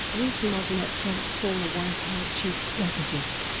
rees-mogg met trump's former white house chief strategist